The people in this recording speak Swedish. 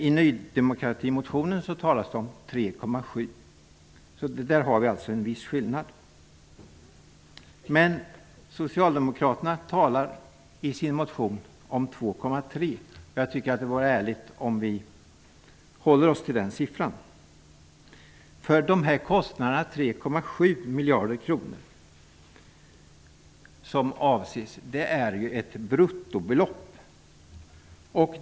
I Ny demokratis motion talas det om en besparing på 3,7 miljarder. Så där finns det en viss skillnad. miljarder, och jag tycker att vi skall hålla oss till den siffran. Kostnaden på 3,7 miljarder är ju ett bruttobelopp.